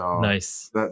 Nice